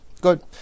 Good